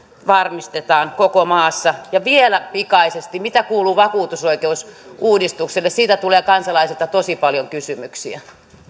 varmistetaan koko maassa vielä pikaisesti mitä kuuluu vakuutusoikeusuudistukselle siitä tulee kansalaisilta tosi paljon kysymyksiä